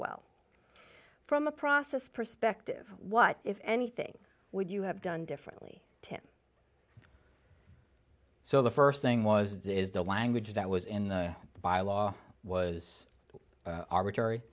well from a process perspective what if anything would you have done differently tim so the st thing was is the language that was in the bylaw was arbitrary